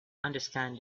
understand